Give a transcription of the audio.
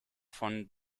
von